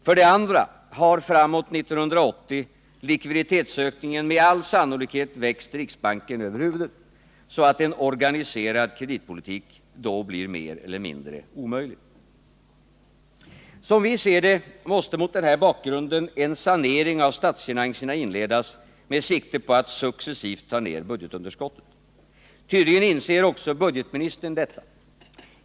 För det andra har likviditetsökningen framåt 1980 med all sannolikhet växt riksbanken över huvudet, så att en organiserad kreditpolitik då blir mer eller mindre omöjlig. Som vi ser det måste mot den här bakgrunden en sanering av statsfinanserna inledas med sikte på att successivt ta ner budgetunderskottet. Tydligen inser också budgetministern detta.